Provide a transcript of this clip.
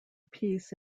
peace